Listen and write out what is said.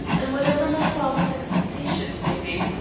and whatever my father's expectations may be,